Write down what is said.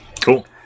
Cool